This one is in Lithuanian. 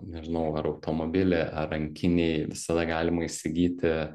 nežinau ar automobily ar rankinėj visada galima įsigyti